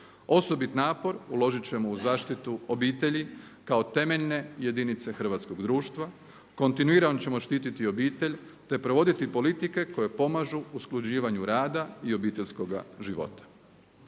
Osobit napor uložit ćemo u zaštitu obitelji kao temeljne jedinice hrvatskog društva, kontinuirano ćemo štititi obitelj te provoditi politike koje pomažu usklađivanju rada i obiteljskoga života.